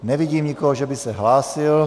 Nevidím nikoho, že by se hlásil.